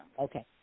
Okay